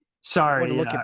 Sorry